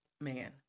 man